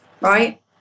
right